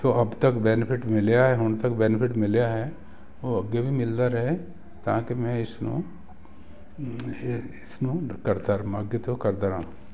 ਜੋ ਅਬ ਤੱਕ ਬੈਨੀਫਿਟ ਮਿਲਿਆ ਹੁਣ ਤੱਕ ਬੈਨੀਫਿਟ ਮਿਲਿਆ ਹੈ ਉਹ ਅੱਗੇ ਵੀ ਮਿਲਦਾ ਰਹੇ ਤਾਂ ਕਿ ਮੈਂ ਇਸ ਨੂੰ ਇਸਨੂੰ ਕਰਦਾ ਰਹਾਂ ਅੱਗੇ ਤੋਂ ਅੱਗੇ ਕਰਦਾ ਰਹਾਂ